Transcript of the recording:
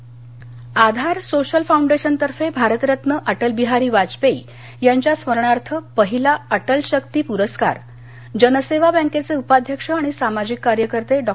परस्कार आधार सोशल फाऊंडेशनतर्फे भारतरत्न अटलबिहारी वाजपेयी यांच्या स्मरणार्थ पहिला अटलशक्ती प्रस्कार जनसेवा बँकेचे उपाध्यक्ष आणि सामाजिक कार्यकर्ते डॉ